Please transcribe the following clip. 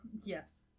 Yes